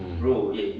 mm